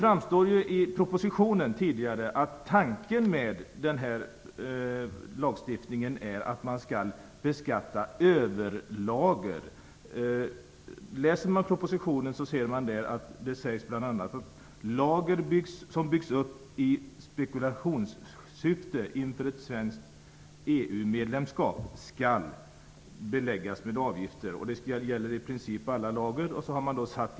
Det framgår av propositionen att tanken med lagen är att beskatta överlager. I propositionen framgår vidare att lager som byggs upp i spekulationssyfte inför ett svenskt EU-medlemskap skall beläggas med avgifter. Det gäller i princip alla lager.